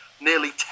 nearly